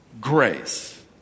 grace